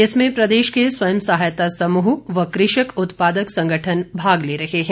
इसमें प्रदेश के स्वयं सहायता समूह व कृषक उत्पादक संगठन भाग ले रहे हैं